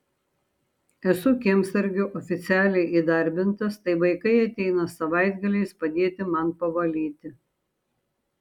esu kiemsargiu oficialiai įdarbintas tai vaikai ateina savaitgaliais padėti man pavalyti